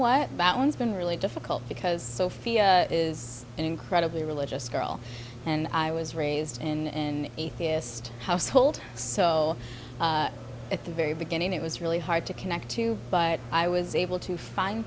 about one's been really difficult because sophia is an incredibly religious girl and i was raised in atheist household so at the very beginning it was really hard to connect to but i was able to find